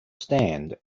stand